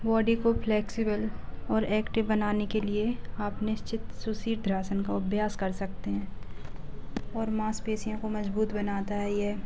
body को flexible और active बनाने के लिए आप निश्चित सुशीद्रसन का अभ्यास कर सकते हैं और मॉसपेशियों को मज़बूत बनाता है यह